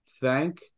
Thank